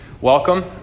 welcome